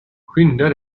skynda